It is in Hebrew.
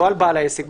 לא על בעל העסק,